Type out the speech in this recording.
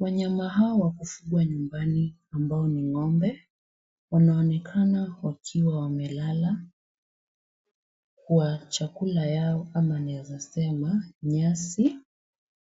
Wanyama hawa wa kufugwa nyumbani ambao ni ng'ombe wanaonekana wakiwa wamelala kwa chakula yao ama naweza sema nyasi.